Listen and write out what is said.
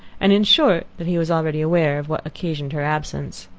and, in short, that he was already aware of what occasioned her absence.